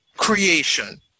creation